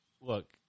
look